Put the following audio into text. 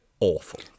Awful